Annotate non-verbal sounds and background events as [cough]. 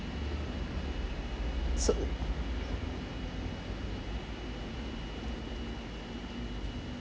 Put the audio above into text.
so [noise]